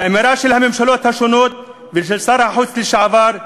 האמירה של הממשלות השונות ושל שר החוץ לשעבר,